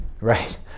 Right